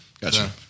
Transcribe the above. Gotcha